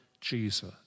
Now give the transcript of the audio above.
Jesus